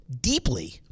deeply